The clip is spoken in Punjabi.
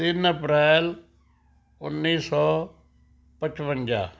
ਤਿੰਨ ਅਪ੍ਰੈਲ ਉੱਨੀ ਸੌ ਪਚਵੰਜਾ